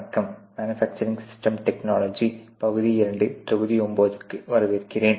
வணக்கம் manufacturing system technologies பகுதி 2 தொகுதி 9 க்கு வரவேற்கிறேன்